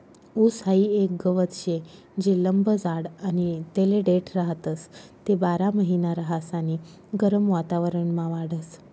ऊस हाई एक गवत शे जे लंब जाड आणि तेले देठ राहतस, ते बारामहिना रहास आणि गरम वातावरणमा वाढस